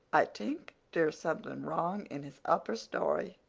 i tink dere's someting wrong in his upper story